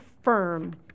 firm